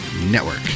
network